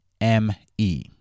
M-E